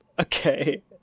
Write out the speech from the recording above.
Okay